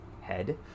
head